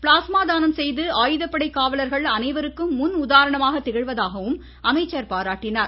plasma தானம் செய்து ஆயுதப்படை காவலர்கள் அனைவருக்கும் முன் உதாரணமாக திகழ்வதாகவும் அமைச்சர் பாராட்டினார்